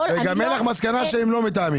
וגם אין לך מסקנה שהם לא מתאמים?